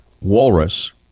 walrus